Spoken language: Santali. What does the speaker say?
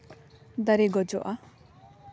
ᱫᱟᱨᱮ ᱜᱚᱡᱚᱜᱼᱟ